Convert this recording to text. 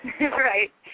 Right